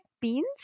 beans